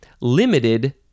limited